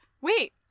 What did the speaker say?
wait